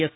S